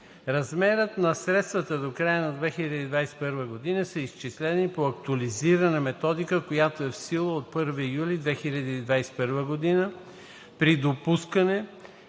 Размерът на средствата до края на 2021 г. са изчислени по актуализирана методика, която е в сила от 1 юли 2021 г., при допускане,